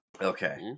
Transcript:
Okay